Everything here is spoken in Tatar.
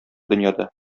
дөньяда